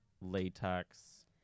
latex